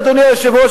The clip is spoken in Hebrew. אדוני היושב-ראש,